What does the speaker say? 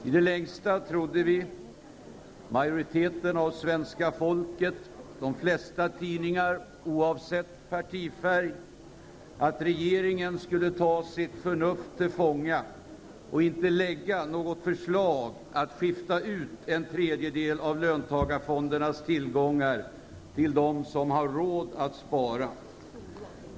I det längsta trodde vi -- majoriteten av svenska folket och de flesta tidningar, oavsett partifärg -- att regeringen skulle ta sitt förnuft till fånga och inte lägga fram något förslag att skifta ut en tredjedel av löntagarfondernas tillgångar till dem som har råd att spara.